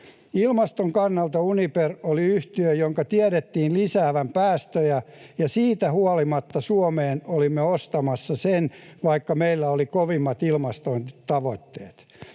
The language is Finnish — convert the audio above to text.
Ilmaston kannalta Uniper oli yhtiö, jonka tiedettiin lisäävän päästöjä, ja siitä huolimatta olimme Suomeen ostamassa sen, vaikka meillä oli kovimmat ilmastotavoitteet.